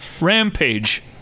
Rampage